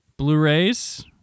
Blu-rays